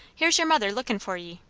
here's your mother lookin' for ye.